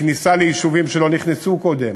בכניסה ליישובים שלא נכנסו אליהם קודם.